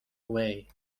away